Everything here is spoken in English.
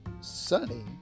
Sunny